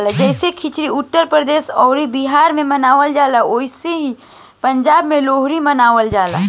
जैसे खिचड़ी उत्तर प्रदेश अउर बिहार मे मनावल जाला ओसही पंजाब मे लोहरी मनावल जाला